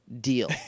deal